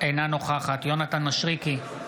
אינה נוכחת יונתן מישרקי,